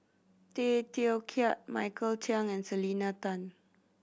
Tay Teow Kiat Michael Chiang and Selena Tan